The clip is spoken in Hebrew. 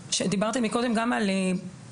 דיברתם קודם גם על פנימיות,